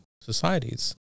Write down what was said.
societies